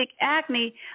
acne